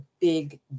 big